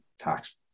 tax